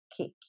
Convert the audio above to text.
kick